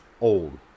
old